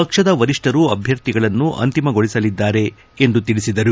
ಪಕ್ಷದ ವರಿಷ್ಠರು ಅಭ್ಯರ್ಥಿಗಳನ್ನು ಅಂತಿಮಗೊಳಿಸಲಿದ್ದಾರೆ ಎಂದು ತಿಳಿಸಿದ್ದಾರೆ